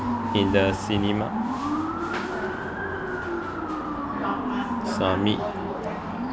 in the cinema submit